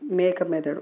మేక మెదడు